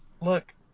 look